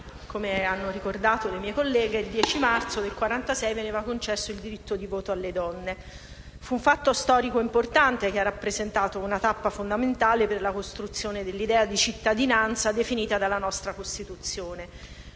come hanno ricordato le mie colleghe - il 10 marzo del 1946 veniva concesso il diritto di voto alle donne. Fu un fatto storico importante, che ha rappresentato una tappa fondamentale per la costruzione dell'idea di cittadinanza definita dalla nostra Costituzione.